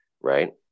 right